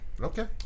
Okay